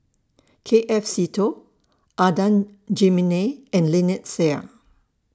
K F Seetoh Adan Jimenez and Lynnette Seah